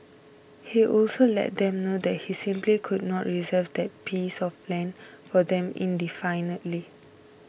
he also let them know that he simply could not reserve that piece of land for them indefinitely